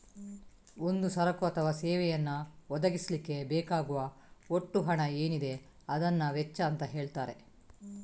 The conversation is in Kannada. ಒಂದು ಸರಕು ಅಥವಾ ಸೇವೆಯನ್ನ ಒದಗಿಸ್ಲಿಕ್ಕೆ ಬೇಕಾಗುವ ಒಟ್ಟು ಹಣ ಏನಿದೆ ಅದನ್ನ ವೆಚ್ಚ ಅಂತ ಹೇಳ್ತಾರೆ